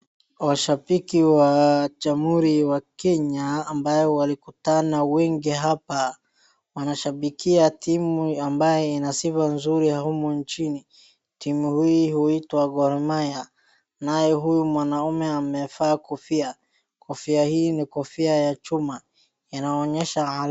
Washabiki wa jamuhuri wa kenya ambao walikutana wengi hapa wanashabikia timu ambaye ina sifa nzuri ambayo ni ya humu nchini. Timu hii huitwa Gor Mahia nayo huyu mwanaume amevaa kofia kofia hii ni kofia ya chuma inaonyesha,,,,,,,